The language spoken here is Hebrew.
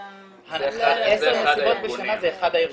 זה ה- -- עשר מסיבות בשנה זה אחד הארגונים.